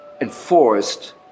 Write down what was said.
enforced